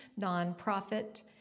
nonprofit